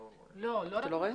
--- לא רק מבודדות.